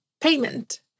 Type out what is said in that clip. payment